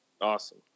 Awesome